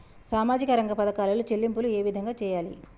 సామాజిక రంగ పథకాలలో చెల్లింపులు ఏ విధంగా చేయాలి?